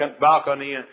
balcony